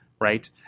Right